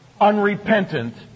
unrepentant